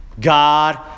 God